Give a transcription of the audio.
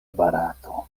barato